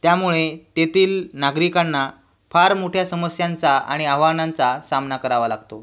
त्यामुळे तेथील नागरिकांना फार मोठ्या समस्यांचा आणि आव्हानांचा सामना करावा लागतो